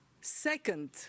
Second